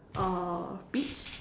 uh beach